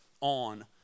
on